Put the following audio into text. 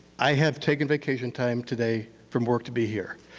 i have taken vacation time today from work to be here.